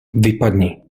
vypadni